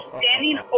standing